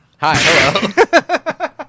Hi